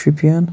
Shopian